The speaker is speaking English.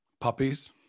Puppies